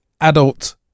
adult